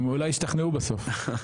הם אולי ישתכנעו בסוף.